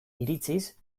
iritziz